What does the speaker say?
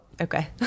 okay